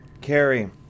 Carrie